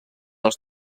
als